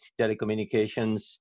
telecommunications